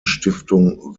stiftung